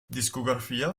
discografia